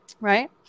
Right